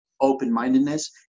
open-mindedness